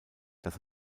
das